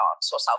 South